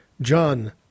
John